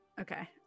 Okay